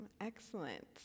Excellent